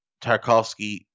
Tarkovsky